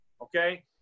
Okay